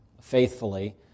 faithfully